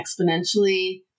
exponentially